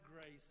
grace